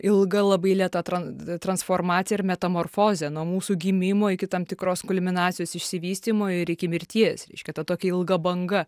ilga labai lėta tran transformacija ir metamorfozė nuo mūsų gimimo iki tam tikros kulminacijos išsivystymo ir iki mirties reiškia ta tokia ilga banga